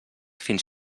fins